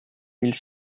mille